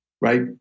right